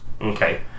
Okay